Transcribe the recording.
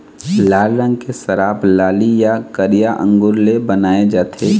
लाल रंग के शराब लाली य करिया अंगुर ले बनाए जाथे